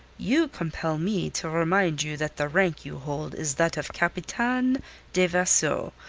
you compel me to remind you that the rank you hold is that of capitaine de vaisseau,